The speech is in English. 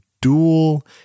Duel